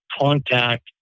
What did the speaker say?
contact